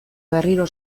berriro